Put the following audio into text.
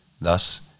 Thus